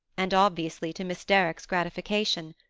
and obviously to miss derrick's gratification.